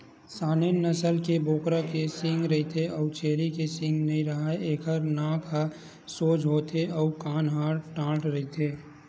Saanen नसल के बोकरा के सींग रहिथे अउ छेरी के सींग नइ राहय, एखर नाक ह सोज होथे अउ कान ह ठाड़ रहिथे